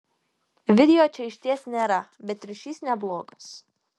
video čia išties nėra bet ryšys neblogas